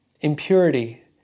impurity